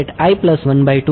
ની સમાન છે